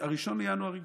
1 בינואר הגיע,